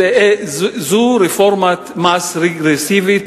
זו רפורמת מס רגרסיבית,